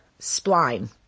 spline